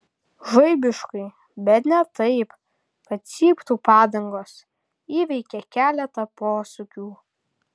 žaibiškai bet ne taip kad cyptų padangos įveikė keletą posūkių